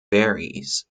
varies